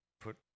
put